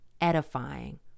edifying